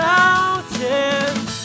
mountains